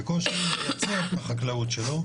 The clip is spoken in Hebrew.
בקושי מייצר את החקלאות שלו,